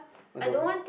I don't want